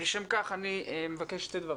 לשם כך אני מבקש שני דברים: